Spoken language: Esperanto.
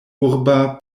urba